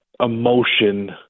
emotion